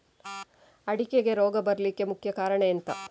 ಅಡಿಕೆಗೆ ರೋಗ ಬರ್ಲಿಕ್ಕೆ ಮುಖ್ಯ ಕಾರಣ ಎಂಥ?